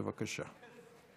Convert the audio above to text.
בבקשה.